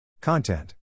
Content